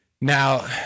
Now